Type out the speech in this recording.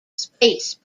space